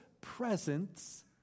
presence